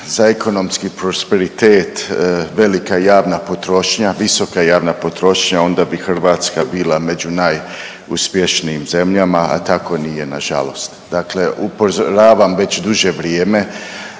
za ekonomski prosperitet velika javna potrošnja, visoka javna potrošnja onda bi Hrvatska bila među najuspješnijim zemljama, a tako nije nažalost. Dakle, upozoravam već duže vrijeme